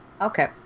Okay